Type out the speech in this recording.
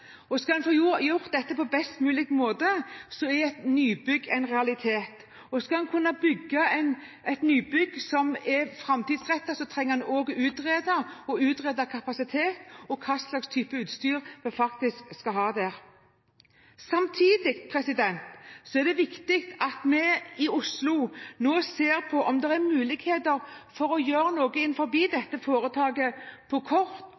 om. Skal en få gjort dette på en best mulig måte, er et nybygg en realitet, og skal en kunne bygge et nybygg som er framtidsrettet, trenger en også å utrede kapasitet og hva slags type utstyr en faktisk skal ha der. Samtidig er det viktig at vi i Oslo nå ser på om det er muligheter for å gjøre noe innenfor dette foretaket på kort